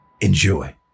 Enjoy